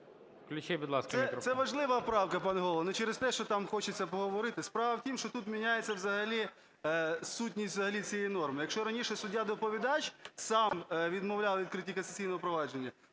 Це важлива правка, пане Голово. Не через те, що там хочеться поговорити. Справа в тім, що тут міняється взагалі… сутність взагалі цієї норми. Якщо раніше суддя-доповідач сам відмовляв у відкритті касаційного провадження,